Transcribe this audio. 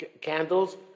candles